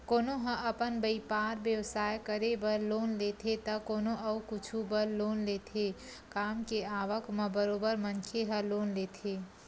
कोनो ह अपन बइपार बेवसाय करे बर लोन लेथे त कोनो अउ कुछु बर लोन लेथे काम के आवक म बरोबर मनखे ह लोन लेथे